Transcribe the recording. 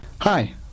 hi